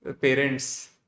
parents